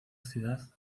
ciudad